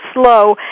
slow